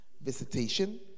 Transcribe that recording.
visitation